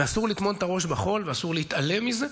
ואסור לטמון את הראש בחול ואסור להתעלם מזה.